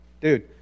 dude